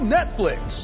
Netflix